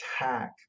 attack